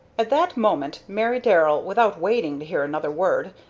at that moment mary darrell, without waiting to hear another word,